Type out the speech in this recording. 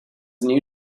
new